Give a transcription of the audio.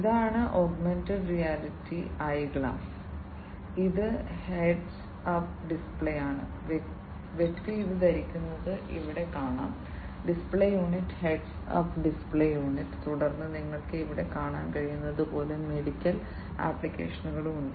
ഇതാണ് augmented reality eyeglass ഇത് heads up ഡിസ്പ്ലേയാണ് വ്യക്തി ഇത് ധരിക്കുന്നത് ഇവിടെ കാണാം display unit heads up display unit തുടർന്ന് നിങ്ങൾക്ക് ഇവിടെ കാണാൻ കഴിയുന്നത് പോലെ മെഡിക്കൽ ആപ്ലിക്കേഷനുകളും ഉണ്ട്